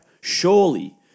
surely